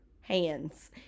hands